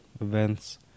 events